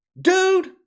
Dude